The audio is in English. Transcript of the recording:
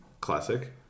Classic